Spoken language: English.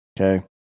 Okay